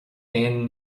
aon